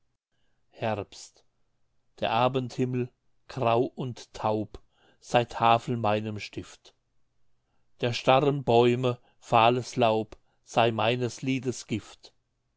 herbst der abendhimmel grau und taub sei tafel meinem stift der starren bäume fahles laub sei meines liedes gift